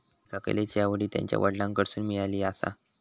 त्येका कलेची आवड हि त्यांच्या वडलांकडसून मिळाली आसा